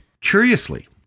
Curiously